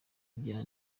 ibyaha